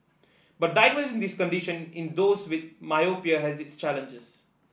but diagnosing this condition in those with myopia has its challenges